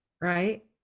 right